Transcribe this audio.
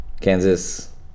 Kansas